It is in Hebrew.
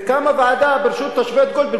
וקמה ועדה בראשות השופט גולדברג.